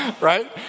Right